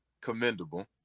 commendable